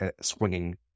swinging